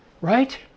right